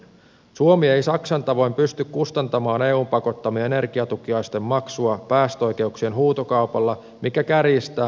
suomi ei saksan tavoin pysty kustantamaan eun pakottamaa energiatukiaisten maksua päästöoikeuksien huutokaupalla mikä kärjistää maamme ahdinkoa